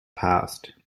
past